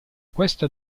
questa